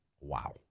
wow